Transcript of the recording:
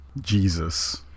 Jesus